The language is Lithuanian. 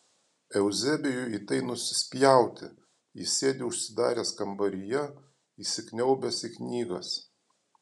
euzebijui į tai nusispjauti jis sėdi užsidaręs kambaryje įsikniaubęs į knygas